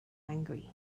angry